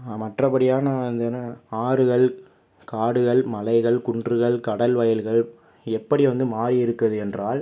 மற்றபடியான வந்துனா ஆறுகள் காடுகள் மலைகள் குன்றுகள் கடல் வயல்கள் எப்படி வந்து மாறியிருக்குது என்றால்